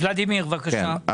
ולדימיר, בבקשה.